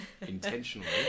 intentionally